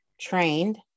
trained